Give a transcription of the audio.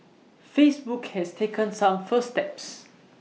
Facebook has taken some first steps